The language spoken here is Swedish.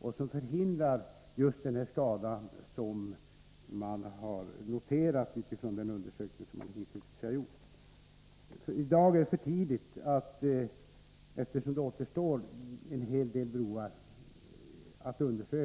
och som hindrar just den skada som hittills har kunnat noteras vid undersökningen. Eftersom det återstår att undersöka en hel del broar, är det ännu för tidigt att säga vad det hela kan leda till. Beträffande prioriteringen vill jag säga att Sigvard Persson måste lugna sig tills propositionen presenterats. Det sker den 10 januari, och då skall Sigvard Persson, liksom alla andra, få veta hur vi prioriterar när det gäller väganslagen.